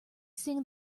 sing